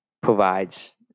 provides